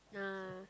ah